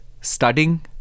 studying